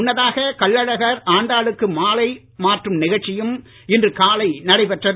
முன்னதாக கள்ளழகர் ஆண்டாளுக்கு மாலை மாற்றும் நிகழ்ச்சியும் இன்று காலை நடைபெற்றது